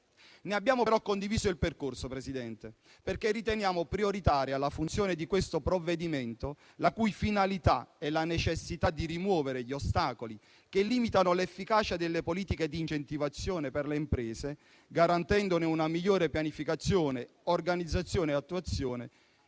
di questo provvedimento, signor Presidente, perché riteniamo prioritaria la funzione di tale testo, la cui finalità è la necessità di rimuovere gli ostacoli che limitano l'efficacia delle politiche di incentivazione per le imprese, garantendone una migliore pianificazione, organizzazione e attuazione.